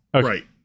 Right